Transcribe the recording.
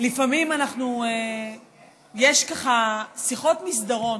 לפעמים יש שיחות מסדרון.